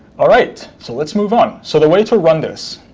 all right, so let's move on. so, the way to run this